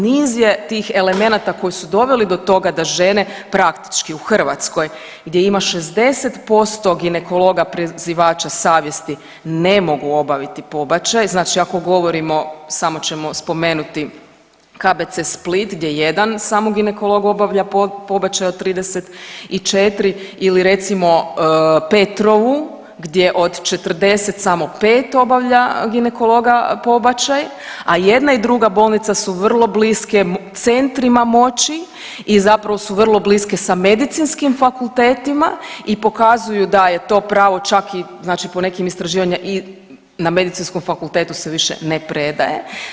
Niz je tih elemenata koje su dovele do toga da žene praktički u Hrvatskoj gdje ima 60% ginekologa prizivača savjesti ne mogu obaviti pobačaj, znači ako govorimo, samo ćemo spomenuti KBC Split gdje jedan samo ginekolog obavlja pobačaj od 34 ili recimo Petrovu, gdje od 40 samo 5 obavlja ginekologa pobačaj, a jedna i druga bolnica su vrlo bliske centrima moći i zapravo su vrlo bliske sa medicinskim fakultetima i pokazuju da je to pravo čak i znači po nekim istraživanjima i na medicinskom fakultetu se više ne predaje.